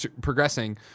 progressing